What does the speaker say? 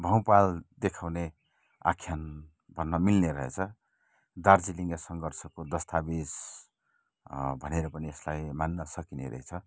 भौँप्वाल देखाउने आख्यान भन्न मिल्ने रहेछ दार्जिलिङे सङ्घर्षको दस्तावेज भनेर पनि यसलाई मान्नसकिने रहेछ